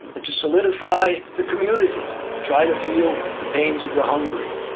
and to solidify the community. to try to feel the pains of the hungry.